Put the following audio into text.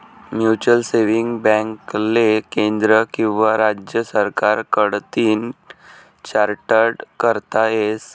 mutual saving बॅकले केंद्र किंवा राज्य सरकार कडतीन चार्टट करता येस